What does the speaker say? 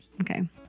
Okay